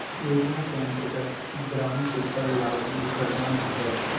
योजना के अंतर्गत अब ग्राहक के कर लाभ भी प्रदान होतय